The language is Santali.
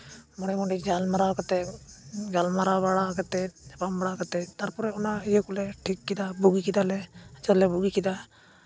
ᱢᱚᱬᱮ ᱢᱟᱹᱡᱷᱤ ᱜᱟᱞᱢᱟᱨᱟᱣ ᱠᱟᱛᱮᱫ ᱜᱟᱞᱢᱟᱨᱟᱣ ᱵᱟᱲᱟ ᱠᱟᱛᱮᱫ ᱧᱟᱯᱟᱢ ᱵᱟᱲᱟ ᱠᱟᱛᱮᱫ ᱛᱟᱨᱯᱚᱨᱮ ᱚᱱᱟ ᱤᱭᱟᱹ ᱠᱚᱞᱮ ᱴᱷᱤᱠ ᱠᱮᱫᱟ ᱵᱩᱜᱤ ᱠᱮᱫᱟᱞᱮ ᱪᱮᱫᱞᱮ ᱵᱩᱜᱤ ᱠᱮᱫᱟ